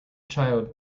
child